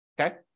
okay